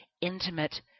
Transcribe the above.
intimate